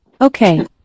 Okay